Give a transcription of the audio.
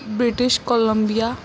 British Columbia